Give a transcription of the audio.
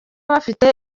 bafite